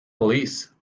police